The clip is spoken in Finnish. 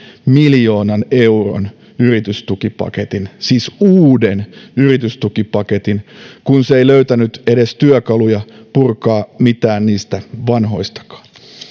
miljoonan euron yritystukipaketin siis uuden yritystukipaketin kun se ei edes löytänyt työkaluja purkaa mitään niistä vanhoistakaan